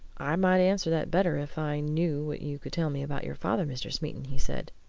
i might answer that better if i knew what you could tell me about your father, mr. smeaton, he said.